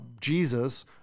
Jesus